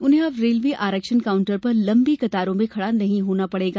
उन्हें अब रेलवे आरक्षण काउंटर पर लंबी कतारों में खड़ा नहीं होना पड़ेगा